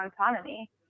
autonomy